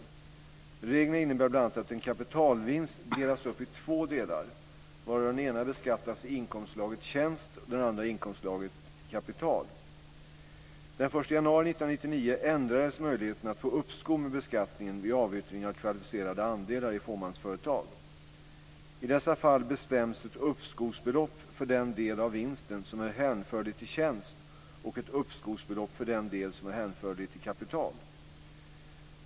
Reglerna innebär bl.a. att en kapitalvinst delas upp i två delar, varav den ena beskattas i inkomstslaget tjänst och den andra i inkomstslaget kapital. Den 1 januari 1999 ändrades möjligheterna att få uppskov med beskattningen vid avyttring av kvalificerade andelar i fåmansföretag. I dessa fall bestäms ett uppskovsbelopp för den del av vinsten som är hänförlig till tjänst och ett uppskovsbelopp för den del som är hänförlig till kapital.